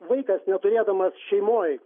vaikas neturėdamas šeimoj